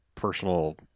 personal